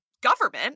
government